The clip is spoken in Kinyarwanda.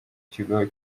kigo